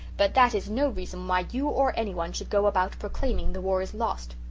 but that is no reason why you or anyone should go about proclaiming the war is lost.